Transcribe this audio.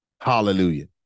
Hallelujah